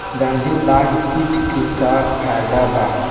गंधी बग कीट के का फायदा बा?